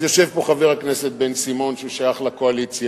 אז יושב פה חבר הכנסת בן-סימון, ששייך לקואליציה,